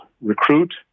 recruit